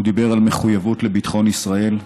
הוא דיבר על מחויבות לביטחון ישראל,